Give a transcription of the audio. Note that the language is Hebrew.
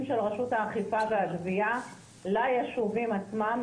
של רשות האכיפה והגבייה ליישובים עצמם.